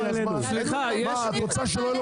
את רוצה שלא תהיה לו פרנסה?